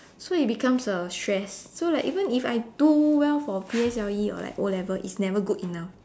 so it becomes a stress so like even if I do well for P_S_L_E or like o-level it's never good enough